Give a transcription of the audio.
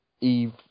Eve